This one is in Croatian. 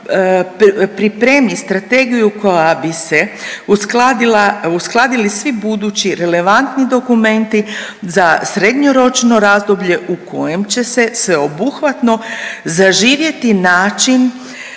pripremi strategiju koja bi se uskladila, uskladili svi budući relevantni dokumenti za srednjoročno razdoblje u kojem će se sveobuhvatno zaživjeti način,